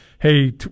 Hey